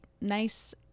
nice